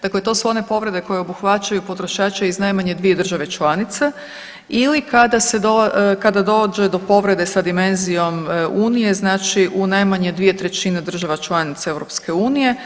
Dakle, to su one povrede koje obuhvaćaju potrošače iz najmanje dvije države članice ili kada dođe do povrede sa dimenzijom Unije, znači u najmanje dvije trećine država članica EU.